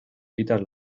quitas